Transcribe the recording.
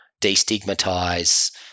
destigmatize